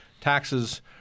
taxes